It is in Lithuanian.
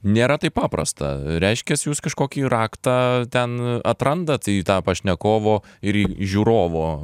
nėra taip paprasta reiškias jūs kažkokį raktą ten atrandat į tą pašnekovo ir į žiūrovo